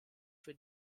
für